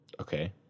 Okay